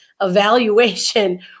evaluation